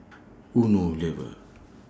Unilever